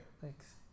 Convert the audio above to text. Thanks